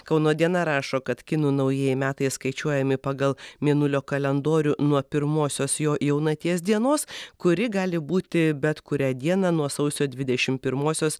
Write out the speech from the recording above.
kauno diena rašo kad kinų naujieji metai skaičiuojami pagal mėnulio kalendorių nuo pirmosios jo jaunaties dienos kuri gali būti bet kurią dieną nuo sausio dvidešimt pirmosios